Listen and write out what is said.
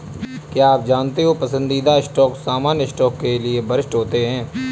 क्या आप जानते हो पसंदीदा स्टॉक सामान्य स्टॉक के लिए वरिष्ठ होते हैं?